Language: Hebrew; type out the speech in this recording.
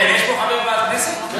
כן, יש פה חבר ועדת הכנסת?